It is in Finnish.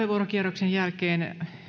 ryhmäpuheenvuorokierroksen jälkeen